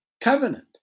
covenant